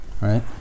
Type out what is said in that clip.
Right